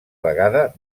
vegada